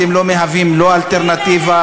אתם לא מהווים אלטרנטיבה.